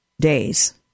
days